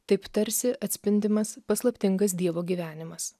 taip tarsi atspindimas paslaptingas dievo gyvenimas